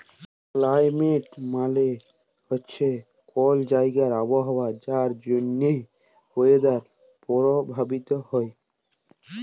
climate মালে হছে কল জাইগার আবহাওয়া যার জ্যনহে ওয়েদার পরভাবিত হ্যয়